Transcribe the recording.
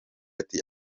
ati